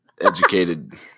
educated